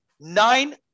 nine